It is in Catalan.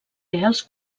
reals